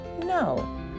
No